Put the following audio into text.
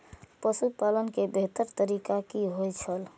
पशुपालन के बेहतर तरीका की होय छल?